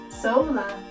Sola